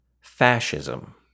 fascism